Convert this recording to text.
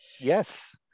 Yes